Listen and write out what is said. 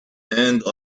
and